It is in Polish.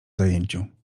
zajęciu